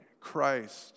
Christ